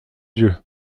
dieu